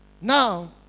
Now